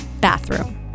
bathroom